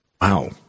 Wow